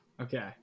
Okay